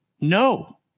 no